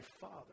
father